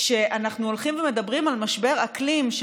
שאנחנו הולכים ומדברים על משבר אקלים,